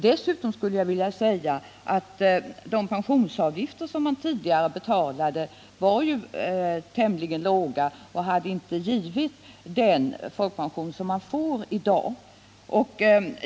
Dessutom var de pensionsavgifter man tidigare betalade tämligen låga och hade inte givit den folkpension som man får i dag.